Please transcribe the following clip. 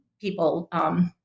people